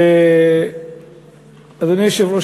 אדוני היושב-ראש,